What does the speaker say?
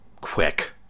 quick